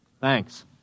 Thanks